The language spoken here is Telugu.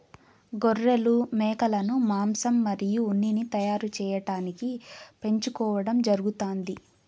గొర్రెలు, మేకలను మాంసం మరియు ఉన్నిని తయారు చేయటానికి పెంచుకోవడం జరుగుతాంది